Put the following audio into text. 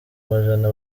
majana